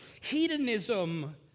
hedonism